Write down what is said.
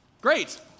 Great